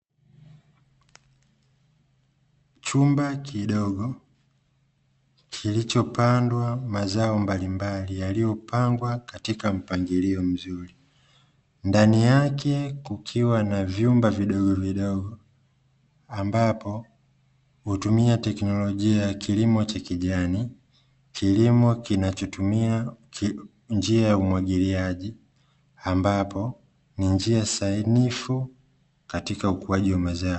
Chumba kidogo kilichopandwa mazao mbalimbali yaliyopangwa katika mpangilio mzuri. Ndani yake kukiwa na vyumba vidogo vidogo ambako hutumia teknolojia ya kilimo cha kijani, kilimo kinachotumia njia ya umwagiliaji ambapo ni njia sanifu katika ukuaji wa mazao.